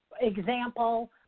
example